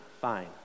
fine